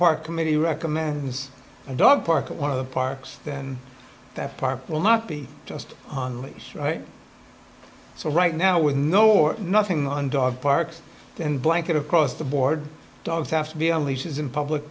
park committee recommends a dog park at one of the parks then that park will not be just right so right now with no or nothing on dog parks and blanket across the board dogs have to be on leashes in public